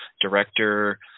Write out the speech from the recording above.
director